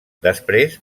després